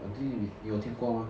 err do you 你有听过吗